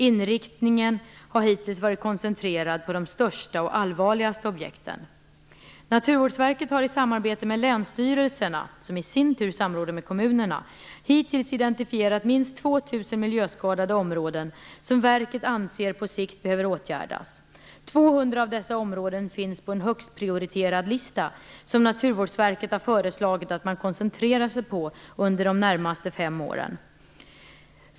Inriktningen på kartläggningsarbetet har hittills varit koncentrerad på de största och allvarligaste objekten. Naturvårdsverket har i samarbete med länsstyrelserna, som i sin tur samråder med kommunerna, hittills identifierat minst 2 000 miljöskadade områden som verket anser på sikt behöver åtgärdas. Av dessa finns 200 på en "högst-prioriterad-lista" över områden som Naturvårdsverket har föreslagit att man koncentrerar sig på under de närmaste fem åren.